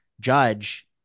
judge